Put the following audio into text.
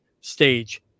stage